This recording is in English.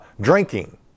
Drinking